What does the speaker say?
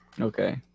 okay